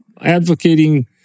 advocating